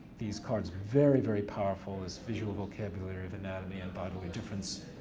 these cards, very, very powerful as visual vocabulary of anatomy and bodily difference.